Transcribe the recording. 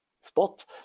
spot